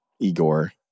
Igor